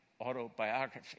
autobiography